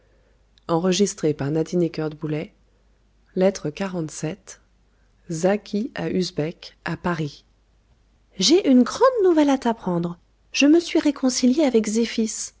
lettre xlvii zachi à usbek à paris j ai une grande nouvelle à t'apprendre je me suis réconciliée avec zéphis